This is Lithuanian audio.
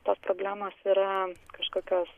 tos problemos yra kažkokios